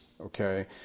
Okay